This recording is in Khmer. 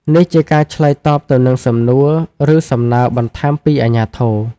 នេះជាការឆ្លើយតបទៅនឹងសំណួរ ឬសំណើបន្ថែមពីអាជ្ញាធរ។